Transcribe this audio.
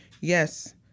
Yes